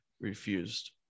refused